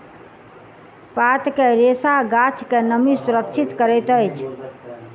पात के रेशा गाछ के नमी सुरक्षित करैत अछि